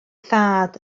thad